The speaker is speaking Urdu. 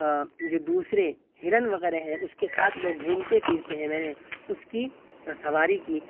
جو دوسرے ہرن وغیرہ ہیں اس کے ساتھ لوگ گھومتے پھرتے ہیں میں نے اس کی سواری کی